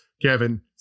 Kevin